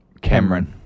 Cameron